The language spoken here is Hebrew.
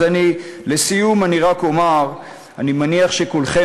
אז לסיום אני רק אומר: אני מניח שכולכם